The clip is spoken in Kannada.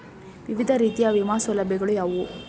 ವಿವಿಧ ರೀತಿಯ ವಿಮಾ ಸೌಲಭ್ಯಗಳು ಯಾವುವು?